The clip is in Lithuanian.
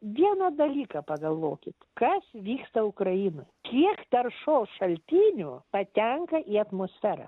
vieną dalyką pagalvokit kas vyksta ukrainoje kiek taršos šaltinių patenka į atmosferą